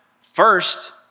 first